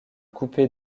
coupé